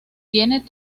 tienen